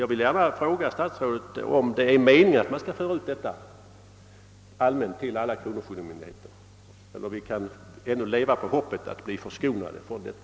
Jag vill också fråga statsrådet om det är avsikten att ADB skall införas vid alla kronofogdemyndigheter i landet eller om vi ännu kan leva i hoppet om att bli förskonade från detta.